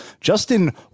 Justin